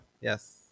yes